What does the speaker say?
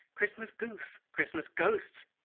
christmas goose, christmas ghosts,